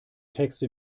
texte